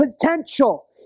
potential